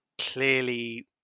clearly